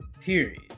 period